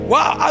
Wow